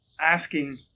asking